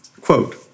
Quote